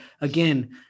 again